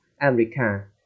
America